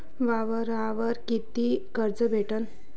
वावरावर कितीक कर्ज भेटन?